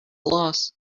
loss